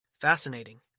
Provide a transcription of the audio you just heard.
Fascinating